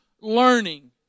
learning